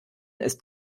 ist